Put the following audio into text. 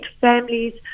families